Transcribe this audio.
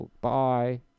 Bye